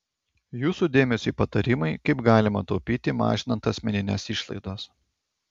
jūsų dėmesiui patarimai kaip galima taupyti mažinant asmenines išlaidas